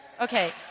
Okay